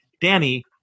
Danny